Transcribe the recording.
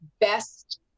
best